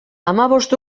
hamabost